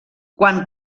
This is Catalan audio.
quan